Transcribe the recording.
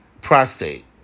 prostate